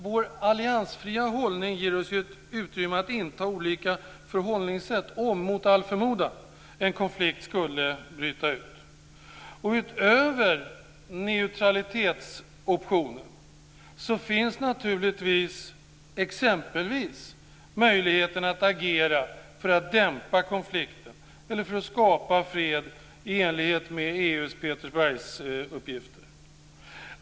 Vår alliansfria hållning ger oss utrymme att inta olika förhållningssätt om mot all förmodan en konflikt skulle bryta ut. Utöver neutralitetsoptionen finns exempelvis möjligheten att agera för att dämpa konflikten eller för att skapa fred i enligt med EU:s Peterbergsuppgifter.